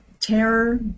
terror